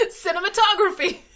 Cinematography